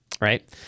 right